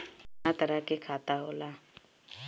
केतना तरह के खाता होला?